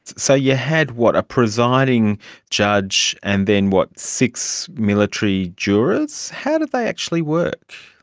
so you had, what, a presiding judge and then, what, six military jurors? how did they actually work?